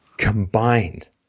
Combined